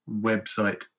website